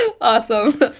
Awesome